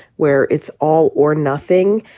where it's all or nothing,